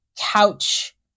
couch